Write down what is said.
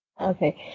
Okay